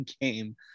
game